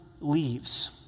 leaves